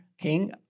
king